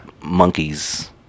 monkeys